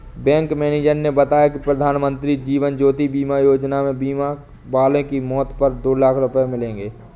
bank manager ने बताया कि प्रधानमंत्री जीवन ज्योति बीमा योजना में बीमा वाले की मौत पर दो लाख रूपये मिलेंगे